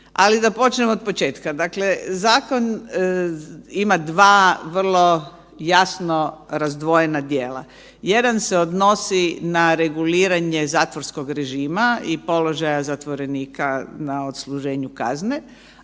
Ali da počnem od početka, dakle zakon ima dva vrlo jasno razdvojena dijela, jedan se odnosi na reguliranje zatvorskog režima i položaja zatvorenika na odsluženju kazne,